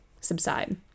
subside